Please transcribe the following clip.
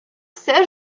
все